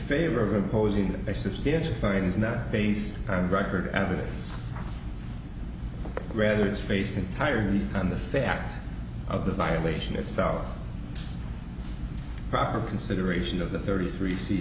favor of imposing a substantial fine is not based on record evidence rather its face entirely on the facts of the violation itself proper consideration of the thirty three c